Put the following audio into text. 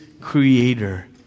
creator